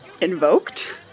invoked